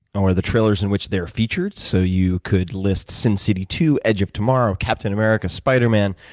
or the trailers in which they are featured, so you could list sin city two, edge of tomorrow, captain america, spiderman,